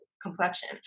complexion